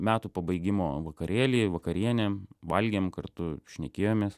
metų pabaigimo vakarėlį vakarienę valgėm kartu šnekėjomės